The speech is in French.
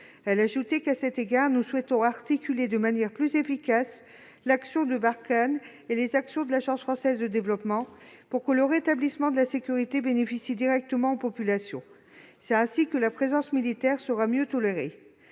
armées d'ajouter :« À cet égard, nous souhaitons articuler de manière plus efficace l'action de Barkhane et les actions de l'Agence française de développement, pour que le rétablissement de la sécurité bénéficie directement aux populations. C'est ainsi que la présence militaire sera mieux tolérée